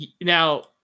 now